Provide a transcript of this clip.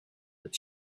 that